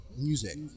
music